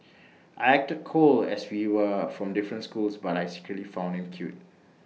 I acted cold as we were from different schools but I secretly found him cute